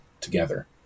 together